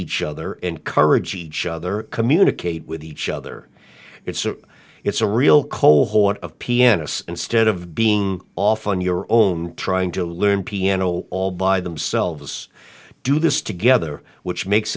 each other encourage each other communicate with each other it's a it's a real cold hoard of pianists instead of being off on your own trying to learn piano all by themselves do this together which makes